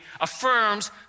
affirms